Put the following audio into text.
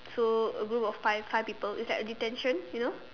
so a group of five five people it's like a detention you know